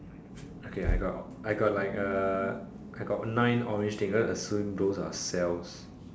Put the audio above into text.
okay I got I got like a I got nine orange thing gonna assume those are cells